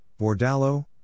Bordalo